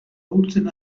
ahultzen